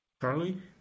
Charlie